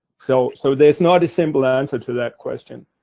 so so, there's not a simple answer to that question.